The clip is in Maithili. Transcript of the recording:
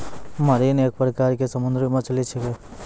मरीन एक प्रकार के समुद्री मछली छेकै